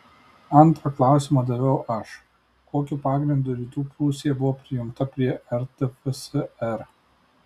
antrą klausimą daviau aš kokiu pagrindu rytų prūsija buvo prijungta prie rtfsr